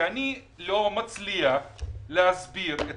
כשאני לא מצליח להסביר את